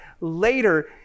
Later